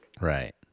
Right